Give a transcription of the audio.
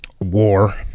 war